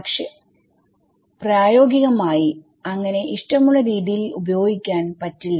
പക്ഷെ പ്രയോഗികമായിഅങ്ങനെ ഇഷ്ടമുള്ള രീതിയിൽ ഉപയോഗിക്കാൻ പറ്റില്ല